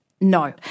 No